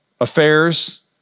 affairs